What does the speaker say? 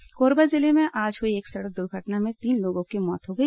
दुर्घटना कोरबा जिले में आज हुई एक सड़क दुर्घटना में तीन लोगों की मौत हो गई